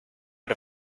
out